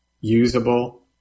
usable